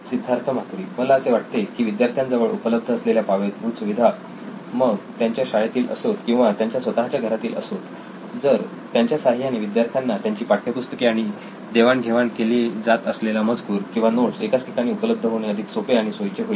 सिद्धार्थ मातुरी मला असे वाटते की विद्यार्थ्यांजवळ उपलब्ध असलेल्या पायाभूत सुविधा मग त्यांच्या शाळेतील असोत किंवा त्यांच्या स्वतःच्या घरातील असोत तरी त्यांच्या साह्याने विद्यार्थ्यांना त्यांची पाठ्यपुस्तके आणि देवाण घेवाण केला जात असलेला मजकूर किंवा नोट्स एकाच ठिकाणी उपलब्ध होणे अधिक सोपे आणि सोयीचे होईल